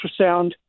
ultrasound